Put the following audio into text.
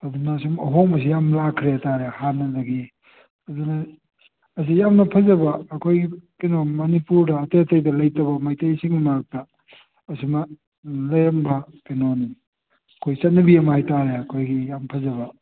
ꯑꯗꯨꯅ ꯁꯨꯝ ꯑꯍꯣꯡꯕꯁꯦ ꯌꯥꯝ ꯂꯥꯛꯈ꯭ꯔꯦ ꯍꯥꯏ ꯇꯥꯔꯦ ꯍꯥꯟꯅꯗꯒꯤ ꯑꯗꯨꯅ ꯑꯁꯤ ꯌꯥꯝꯅ ꯐꯖꯕ ꯑꯩꯈꯣꯏꯒꯤ ꯀꯩꯅꯣ ꯃꯅꯤꯄꯨꯔꯗ ꯑꯇꯩ ꯑꯇꯩꯗ ꯂꯩꯇꯕ ꯃꯩꯇꯩꯁꯤꯡ ꯃꯔꯛꯇ ꯑꯁꯨꯝꯅ ꯂꯩꯔꯝꯕ ꯀꯩꯅꯣꯅꯤ ꯑꯩꯈꯣꯏ ꯆꯠꯅꯕꯤ ꯑꯃ ꯍꯥꯏ ꯇꯥꯔꯦ ꯑꯩꯈꯣꯏꯒꯤ ꯌꯥꯝ ꯐꯖꯕ